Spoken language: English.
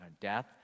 death